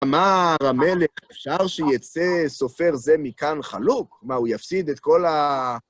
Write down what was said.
אמר המלך, אפשר שיצא סופר זה מכאן חלוק? מה, הוא יפסיד את כל ה...